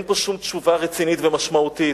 אין פה שום תגובה רצינית ומשמעותית.